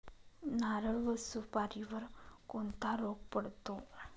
नारळ व सुपारीवर कोणता रोग पडतो?